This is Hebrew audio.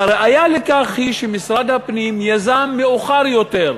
והראיה לכך היא שמשרד הפנים יזם מאוחר יותר,